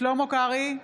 שלמה קרעי,